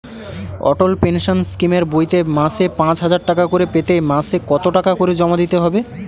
অটল pension স্কিমের বইতে মাসে পাঁচ হাজার টাকা করে পেতে মাসে কত টাকা করে জমা দিতে হবে?